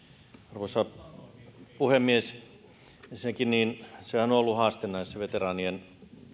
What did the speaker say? arvoisa puhemies ensinnäkin sehän on ollut haaste näissä veteraanien